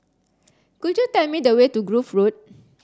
could you tell me the way to Grove Road